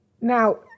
Now